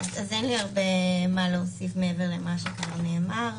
אין לי הרבה מה להוסיף מעבר למה שכבר נאמר.